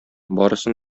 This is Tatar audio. барысын